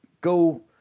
go